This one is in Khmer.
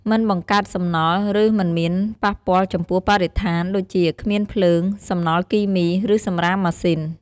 មិនបង្កើតសំណល់ ឬមិនមានប៉ះពាល់ចំពោះបរិស្ថាន ដូចជា គ្មានភ្លើង សំណល់គីមី ឬសំរាមម៉ាស៊ីន។